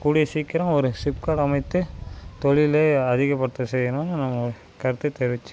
கூடிய சீக்கிரம் ஒரு சிப்காட் அமைத்து தொழிலையும் அதிகப்படுத்த செய்யணும்னு நாங்கள் கருத்து தெரிவிச்சுக்கிறேன்